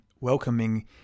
welcoming